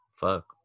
Fuck